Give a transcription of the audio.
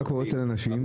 מה קורה אצל הנשים?